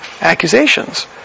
accusations